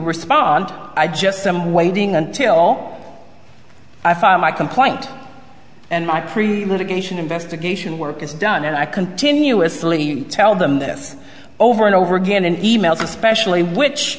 respond i just i'm waiting until i file my complaint and my pre litigation investigation work is done and i continuously tell them this over and over again and emails especially which